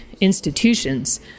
institutions